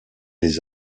les